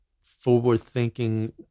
forward-thinking